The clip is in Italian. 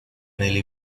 nelle